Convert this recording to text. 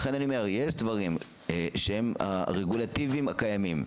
לכן אני אומר: יש דברים שהם הרגולטיביים הקיימים.